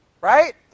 right